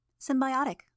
Symbiotic